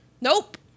Nope